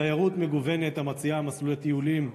תיירות מגוונת המציעה מסלולי טיולים,